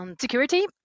Security